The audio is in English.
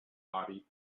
body